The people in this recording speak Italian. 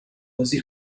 così